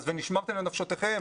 "ונשמרתם לנפשותיכם",